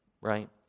right